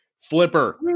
Flipper